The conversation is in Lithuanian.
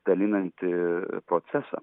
dalinantį procesą